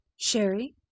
Sherry